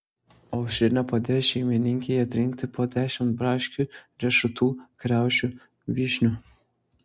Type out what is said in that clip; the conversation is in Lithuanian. aušrinė padėjo šeimininkei atrinkti po dešimt braškių riešutų kriaušių vyšnių